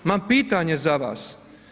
Imam pitanje za vas.